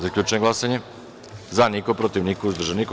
Zaključujem glasanje: za – dva, protiv – niko, uzdržan – niko.